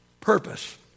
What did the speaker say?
purpose